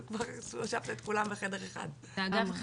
אגב,